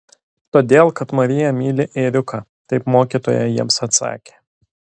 todėl kad marija myli ėriuką taip mokytoja jiems atsakė